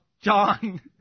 John